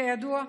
כידוע,